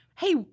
hey